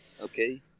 Okay